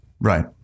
Right